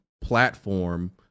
platform